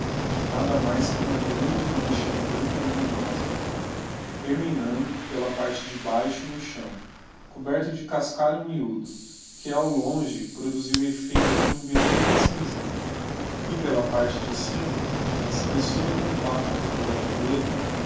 nada mais que uma grande mancha branca e luminosa terminando pela parte de baixo no chão coberto de cascalho miúdo que ao longe produzia o effeito de um betume cinzento e pela parte de cima na espessura compacta do arvoredo